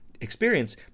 experience